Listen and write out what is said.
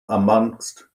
amongst